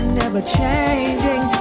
never-changing